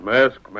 Mask